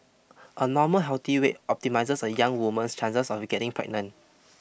a normal healthy weight optimises a young woman's chances of getting pregnant